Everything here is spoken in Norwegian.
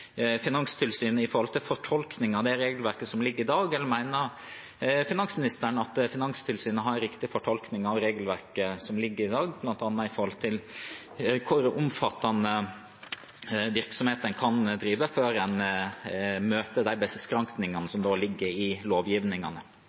Finanstilsynet når det gjelder fortolkningen av det regelverket som er der i dag, eller mener finansministeren at Finanstilsynet har en riktig fortolkning av regelverket som ligger i dag, bl.a. for hvor omfattende virksomhet en kan drive før en møter de beskrankningene som ligger i